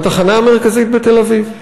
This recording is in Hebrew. בתחנה המרכזית בתל-אביב,